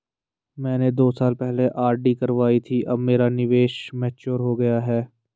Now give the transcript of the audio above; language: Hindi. मैंने दो साल पहले आर.डी करवाई थी अब मेरा निवेश मैच्योर हो गया है